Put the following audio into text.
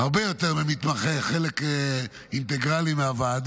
הרבה יותר ממתמחה והוא חלק אינטגרלי מהוועדה,